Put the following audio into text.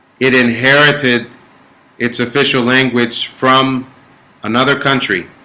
it inherited its official language from another country